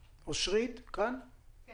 אושרית, מה